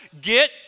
get